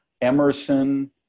Emerson